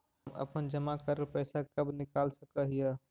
हम अपन जमा करल पैसा कब निकाल सक हिय?